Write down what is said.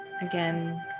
Again